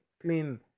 clean